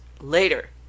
later